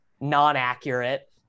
non-accurate